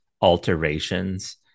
alterations